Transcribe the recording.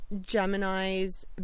gemini's